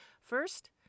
first